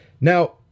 Now